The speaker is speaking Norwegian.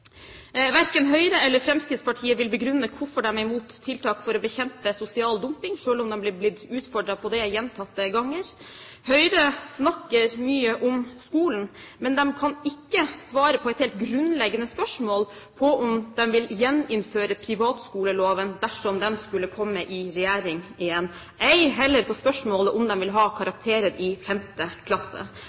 Verken Høyre eller Fremskrittspartiet vil begrunne hvorfor de er imot tiltak for å bekjempe sosial dumping, selv om de er blitt utfordret på det gjentatte ganger. Høyre snakker mye om skolen, men de kan ikke svare på et helt grunnleggende spørsmål om de vil gjeninnføre privatskoleloven dersom de skulle komme i regjering igjen, ei heller på spørsmålet om de vil ha karakterer i femte klasse.